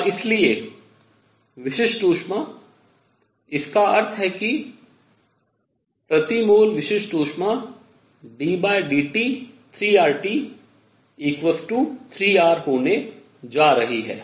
और इसलिए विशिष्ट ऊष्मा इसका अर्थ है कि प्रति मोल विशिष्ट ऊष्मा ddT3RT3R होने जा रही है